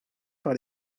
par